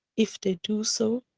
if they do so,